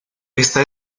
esta